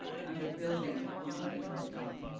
and the buildings were completely burnt down.